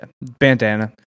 bandana